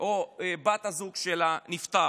הזוג או לבת הזוג של הנפטר.